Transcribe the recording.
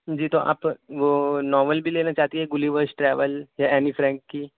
جی تو آپ وہ ناول بھی لینا چاہتی ہے گلیورس ٹراویل یا عینی فرینک کی